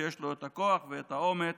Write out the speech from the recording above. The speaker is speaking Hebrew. שיש לו את הכוח ואת האומץ